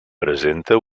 presenta